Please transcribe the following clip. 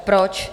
Proč?